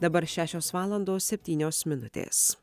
dabar šešios valandos septynios minutės